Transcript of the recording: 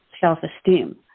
self-esteem